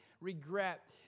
regret